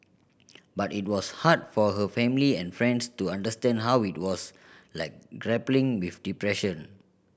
but it was hard for her family and friends to understand how it was like grappling with depression